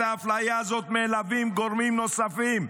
את האפליה הזאת מלווים גורמים נוספים,